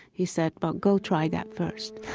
he said, well, go try that first.